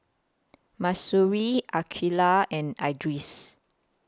Mahsuri Aqeelah and Idris